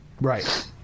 Right